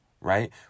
right